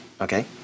Okay